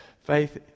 faith